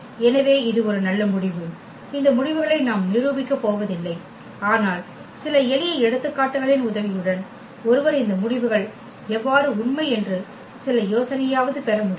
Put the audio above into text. எனவே இது ஒரு நல்ல முடிவு இந்த முடிவுகளை நாம் நிரூபிக்கப் போவதில்லை ஆனால் சில எளிய எடுத்துக்காட்டுகளின் உதவியுடன் ஒருவர் இந்த முடிவுகள் எவ்வாறு உண்மை என்று சில யோசனையாவது பெற முடியும்